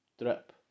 Drip